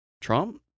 Trump